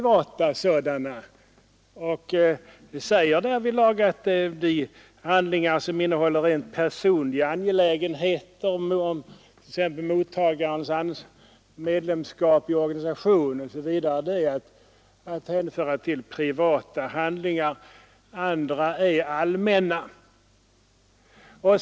Det sägs Nr 86 därvidlag att de handlingar som innehåller rent personliga angelägenheter, Tisdagen den t.ex. om mottagarens medlemskap i organisation, är att hänföra till 21 maj 1974 privata handlingar; andra är allmänna.